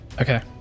Okay